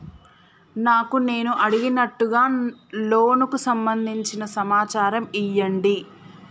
నాకు నేను అడిగినట్టుగా లోనుకు సంబందించిన సమాచారం ఇయ్యండి?